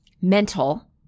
mental